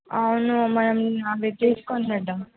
అవును మరి అవి తీసుకుని వెళ్దాం